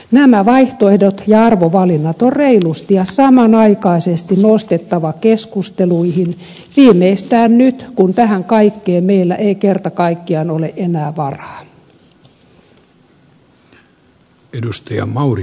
nämä vaihtoehdot ja arvovalinnat on reilusti ja samanaikaisesti nostettava keskusteluihin viimeistään nyt kun tähän kaikkeen meillä ei kerta kaikkiaan ole enää varaa